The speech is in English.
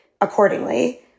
accordingly